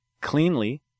cleanly